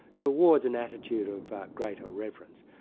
towards an attitude of greater reverence.